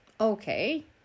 Okay